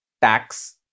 tax